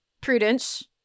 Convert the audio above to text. Prudence